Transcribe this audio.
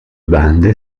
bande